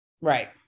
right